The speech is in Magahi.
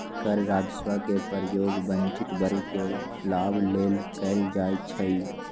कर राजस्व के प्रयोग वंचित वर्ग के लाभ लेल कएल जाइ छइ